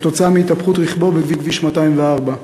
כתוצאה מהתהפכות רכבו בכביש 204,